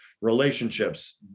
relationships